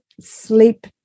sleep